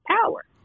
power